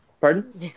Pardon